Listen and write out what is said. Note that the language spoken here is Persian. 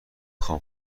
خوام